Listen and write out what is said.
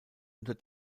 unter